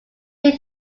did